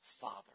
Father